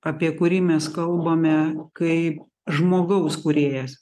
apie kurį mes kalbame kai žmogaus kūrėjas